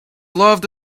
loved